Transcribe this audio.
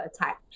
attack